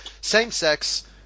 same-sex